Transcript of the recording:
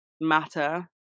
matter